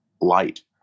light